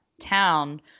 town